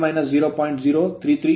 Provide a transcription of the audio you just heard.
36KW